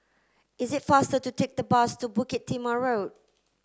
is it faster to take the bus to Bukit Timah Road